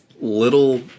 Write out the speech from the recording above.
little